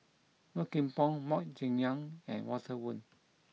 Low Kim Pong Mok Ying Jang and Walter Woon